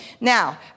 Now